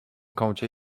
kącie